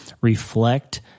Reflect